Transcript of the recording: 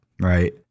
right